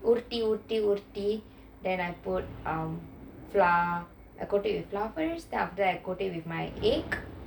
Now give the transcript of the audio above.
O T O T O T then I put um flour I coat it in flour first then I coat it with my egg